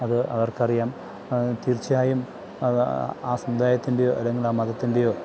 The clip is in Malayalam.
അത് അവര്ക്കറിയാം അതു തീര്ച്ചയായും അത് ആ സമുദായത്തിന്റെയോ അല്ലെങ്കില് ആ മതത്തിന്റെയോ